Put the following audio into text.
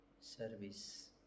service